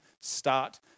start